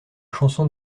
chanson